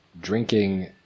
drinking